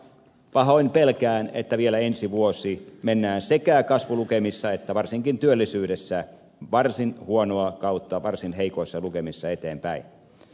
pahoin pelkään että vielä ensi vuosi mennään sekä kasvulukemissa että varsinkin työllisyydessä varsin huonoa kautta varsin heikoissa lukemissa eteenpäin